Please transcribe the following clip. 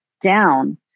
down